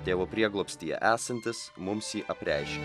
tėvo prieglobstyje esantis mums jį apreiškė